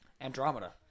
andromeda